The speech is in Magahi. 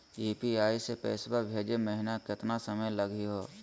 यू.पी.आई स पैसवा भेजै महिना केतना समय लगही हो?